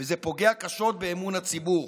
וזה פוגע קשות באמון הציבור.